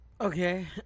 Okay